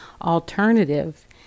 alternative